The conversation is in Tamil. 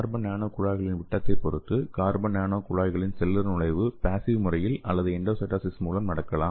கார்பன் நானோ குழாய்களின் விட்டத்தை பொறுத்து கார்பன் நானோ குழாய்களின் செல்லுலார் நுழைவு பேஸிவ் முறையில் அல்லது எண்டோசைட்டோசிஸ் மூலம் நடக்கலாம்